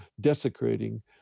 desecrating